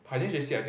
Pioneer j_c I think